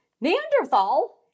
Neanderthal